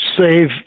save